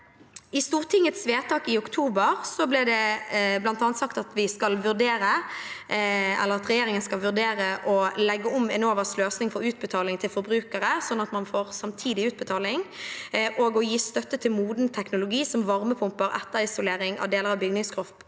I Stortingets vedtak i oktober ba Stortinget regjeringen vurdere å legge om Enovas løsning for utbetaling til forbrukere, sånn at man får samtidig utbetaling, og i tillegg å gi støtte til moden teknologi som varmepumper, etterisolering av deler av bygningskroppen,